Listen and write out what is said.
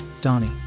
Donnie